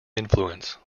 influence